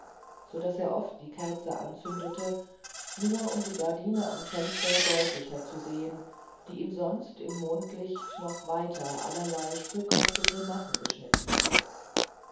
so daß er oft die kerze anzündete nur um die gardine am fenster deutlicher zu sehen die ihm sonst im mondlicht noch weiter allerlei spukhafte grimassen geschnitten hätte